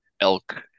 elk